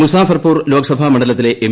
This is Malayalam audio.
മുസാഫർപ്പൂർ ലോക്സഭ മണ്ഡലത്തിലെ എം